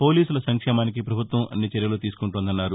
పోలీసుల సంక్షేమానికి ప్రభుత్వం అన్ని చర్యలు తీసుకుంటోందన్నారు